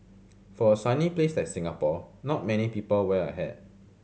for a sunny place like Singapore not many people wear a hat